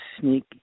sneak